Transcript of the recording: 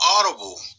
Audible